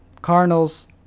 Cardinals